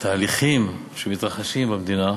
התהליכים שמתרחשים במדינה.